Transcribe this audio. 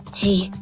hey,